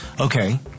Okay